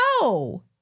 No